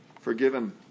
forgiven